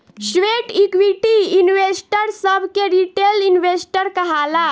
sweat equity investor सभ के retail investor कहाला